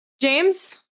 James